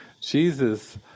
Jesus